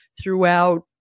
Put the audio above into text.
throughout